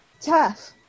tough